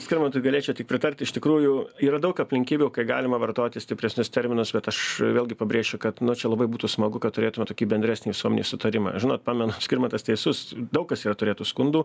skirmantui galėčiau tik pritart iš tikrųjų yra daug aplinkybių kai galima vartoti stipresnius terminus bet aš vėlgi pabrėšiu kad nu čia labai būtų smagu kad turėtume tokį bendresnį visuomenėj sutarimą žinot pamenu skirmantas teisus daug kas yra turėję tų skundų